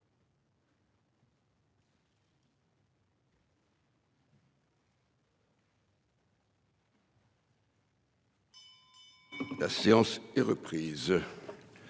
La séance est reprise,